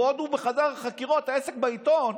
ועוד הוא בחדר החקירות והעסק בעיתון,